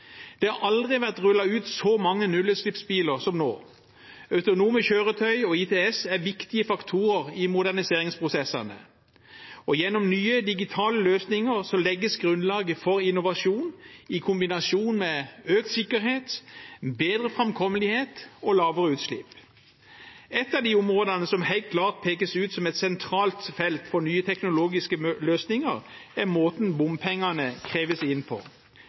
Det har aldri vært rullet ut så mange nullutslippsbiler som nå. Autonome kjøretøy og ITS er viktige faktorer i moderniseringsprosessene, og gjennom nye digitale løsninger legges grunnlaget for innovasjon i kombinasjon med økt sikkerhet, bedre framkommelighet og lavere utslipp. Et av de områdene som helt klart pekes ut som et sentralt felt for nye teknologiske løsninger, er måten bompengene kreves inn på.